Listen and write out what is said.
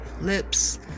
lips